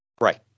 Right